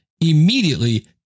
immediately